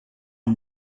est